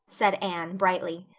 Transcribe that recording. said anne brightly.